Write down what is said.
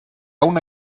una